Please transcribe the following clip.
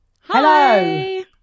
Hello